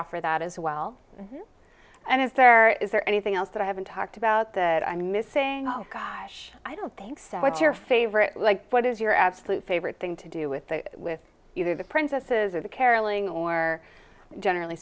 offer that as well and it there is there anything else that i haven't talked about that i'm missing gosh i don't think so what's your favorite like what is your absolute favorite thing to do with the with either the princess's or the carolyn or generally